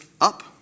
up